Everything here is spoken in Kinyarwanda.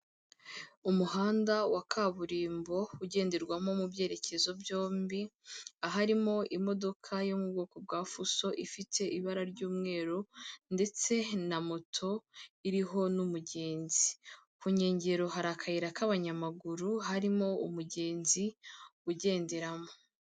Umuhanda wa kaburimbo ugenderwamo mu byerekezo byombi, aharimo imodoka yo mu bwoko bwa fuso ifite ibara ry'umweru ndetse na moto iriho n'umugenzi. Ku nkengero hari akayira k'abanyamaguru, harimo umugenzi ugenderamo.